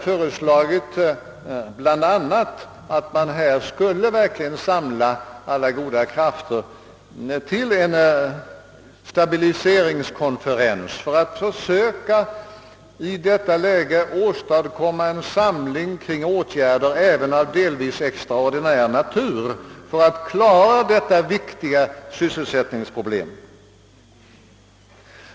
föreslagit att man verkligen skulle sammanföra alla goda krafter till en stabiliseringskonferens för att i detta läge söka åstadkomma en samling kring åtgärder av delvis extraordinär natur i syfte att klara detta viktiga sysselsättningsproblem.